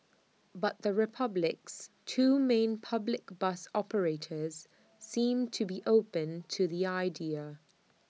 but the republic's two main public bus operators seem to be open to the idea